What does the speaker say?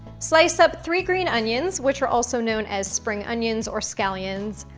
slice up three green onions, which are also known as spring onions or scallions,